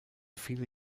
viele